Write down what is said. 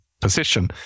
position